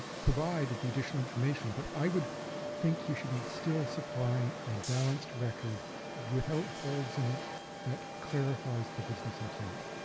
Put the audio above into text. provide the additional information. but i would think you should be still supplying a balanced record without holes in it that clarifies the business intent.